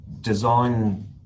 design